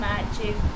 Magic